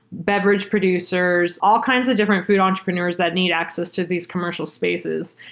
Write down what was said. beverage producers, all kinds of different food entrepreneurs that need access to these commercial spaces.